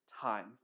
time